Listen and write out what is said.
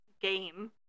game